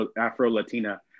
Afro-Latina